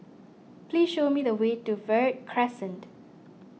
please show me the way to Verde Crescent